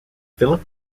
philip